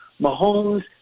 Mahomes